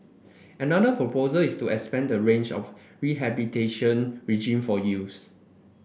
another proposal is to expand the range of rehabilitation regime for youths